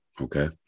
okay